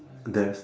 there's